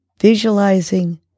visualizing